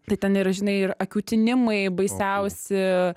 tai ten ir žinai ir akių tinimai baisiausi